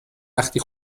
وقتی